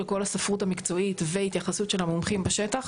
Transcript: כל הספרות המקצועית והתייחסות של המומחים בשטח,